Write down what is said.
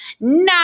nine